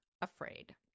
afraid